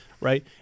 right